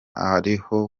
ariho